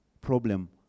problem